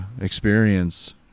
experience